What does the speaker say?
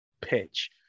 pitch